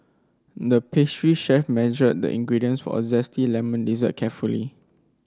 the pastry chef measured the ingredients for a zesty lemon dessert carefully